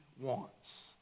wants